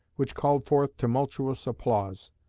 which called forth tumultuous applause.